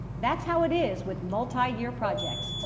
that's how it is with multi-year projects.